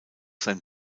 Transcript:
sein